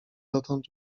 dotąd